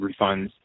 refunds